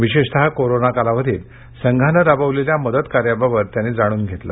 विशेषत कोरोना कालावधीत संघानं राबविलेल्या मदतकार्याबाबत त्यांनी जाणून घेतलं